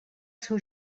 seu